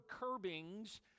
curbings